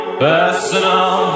personal